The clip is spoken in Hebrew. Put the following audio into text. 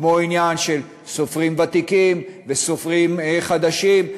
כמו העניין של סופרים ותיקים וסופרים חדשים,